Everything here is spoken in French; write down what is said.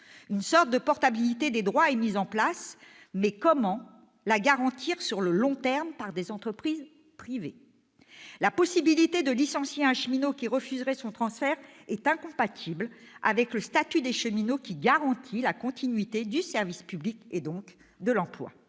Une sorte de portabilité des droits est mise en place, mais comment la garantir sur le long terme par des entreprises privées ? La possibilité de licencier un cheminot qui refuserait son transfert est incompatible avec le statut des cheminots, qui garantit la continuité du service public, et donc de l'emploi.